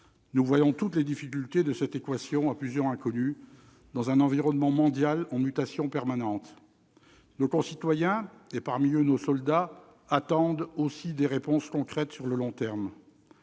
Nous avons conscience des difficultés de cette équation à plusieurs inconnues, dans un environnement mondial en permanente mutation. Nos concitoyens, et parmi eux nos soldats, attendent aussi des réponses concrètes sur le long terme.